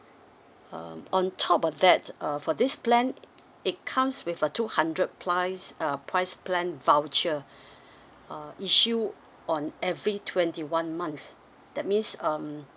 uh on top of that uh for this plan it comes with a two hundred price uh price plan voucher uh issue on every twenty one months that means um